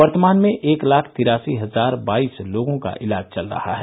वर्तमान में एक लाख तिरासी हजार बाईस लोगों का इलाज चल रहा है